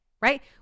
right